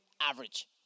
average